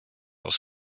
aus